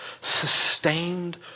sustained